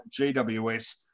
GWS